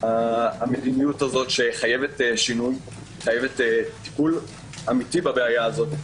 המדיניות הזאת שחייבת שינוי וטיפול אמיתי בבעיה הזאת.